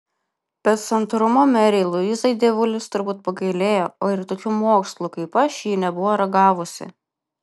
bet santūrumo merei luizai dievulis turbūt pagailėjo o ir tokių mokslų kaip aš ji nebuvo ragavusi